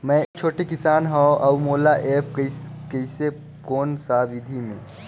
मै एक छोटे किसान हव अउ मोला एप्प कइसे कोन सा विधी मे?